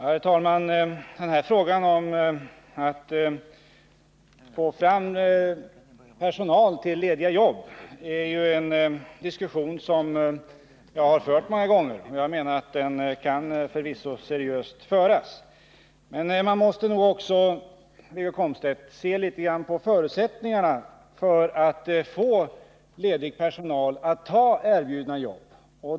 Herr talman! Hur man skall få fram personal till lediga jobb är en fråga som jag har diskuterat många gånger, och jag menar att den diskussionen förvisso behöver föras seriöst. Men man måste nog, Wiggo Komstedt, se litet grand på förutsättningarna för att få ledig personal att ta erbjudna jobb.